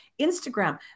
Instagram